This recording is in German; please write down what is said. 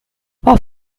war